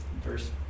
First